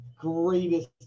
greatest